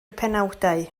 penawdau